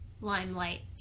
limelight